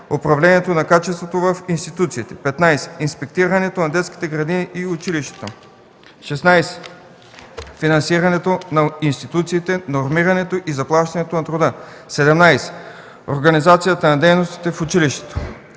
управлението на качеството в институциите; 15. инспектирането на детските градини и училищата; 16. финансирането на институциите, нормирането и заплащането на труда; 17. организацията на дейностите в училището.